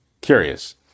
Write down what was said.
curious